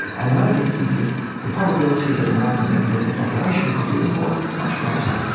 and in those instances the probability that a random member of the population could be the source is much greater,